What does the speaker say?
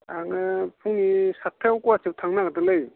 आङो फुंनि सातथायाव गुवाहाटियाव थांनो नागिरदोंलै